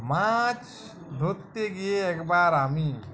মাছ ধরতে গিয়ে একবার আমি